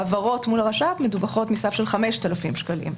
העברות מול הרש"פ מדווחות מסף של 5,000 שקלים.